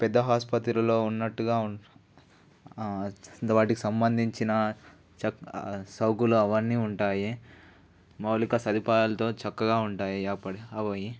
పెద్ద ఆసుపత్రిలో ఉన్నట్టుగా ఉంటూ వాటికి సంబంధించిన సౌకులు అవన్నీ ఉంటాయి మౌలిక సదుపాయాలతో చక్కగా ఉంటాయి అప్పటి అవి